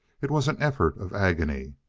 it was an effort of agony.